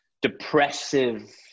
depressive